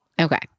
Okay